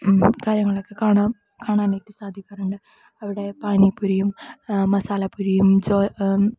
കാര്യങ്ങളുമൊക്കെ കാണാം കാണാനായിട്ട് സാധിക്കാറുണ്ട് അവിടെ പാനിപൂരിയും മസാലാപൂരിയും